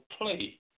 play